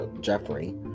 Jeffrey